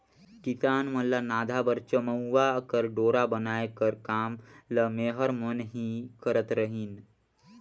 किसान मन ल नाधा बर चमउा कर डोरा बनाए कर काम ल मेहर मन ही करत रहिन